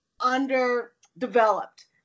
underdeveloped